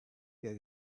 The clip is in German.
der